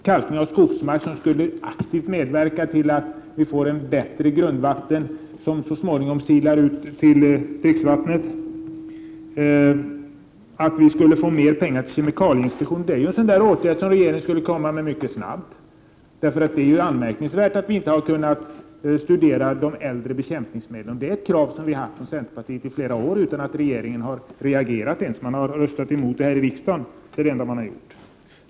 Kalkning av skogsmark skulle aktivt medverka till ett bättre grundvatten som så småningom silar ut i dricksvattnet. Vi behöver mer pengar till kemikalieinspektionen, och det är en åtgärd som regeringen borde vidta mycket snabbt. Det är ju anmärkningsvärt att vi inte har kunnat studera de äldre bekämpningsmedlen. Detta är ett krav som vi i centerpartiet har drivit i flera år utan att regeringen ens har reagerat. Socialdemokraterna har röstat mot vårt förslag i riksdagen, det är det enda som har gjorts.